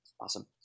Awesome